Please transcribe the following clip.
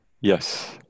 Yes